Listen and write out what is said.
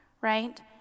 right